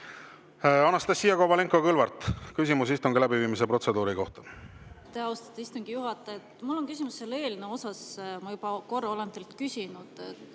Anastassia Kovalenko-Kõlvart, küsimus istungi läbiviimise protseduuri kohta. Austatud istungi juhataja! Mul on küsimus [ühe] eelnõu kohta. Ma juba korra olen teilt küsinud